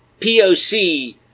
POC